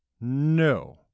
no